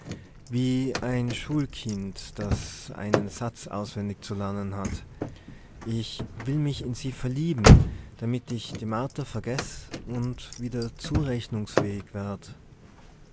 wie ein schulkind das einen satz auswendig zu lernen hat ich will mich in sie verlieben damit ich die martha vergess und wieder zurechnungsfähig werd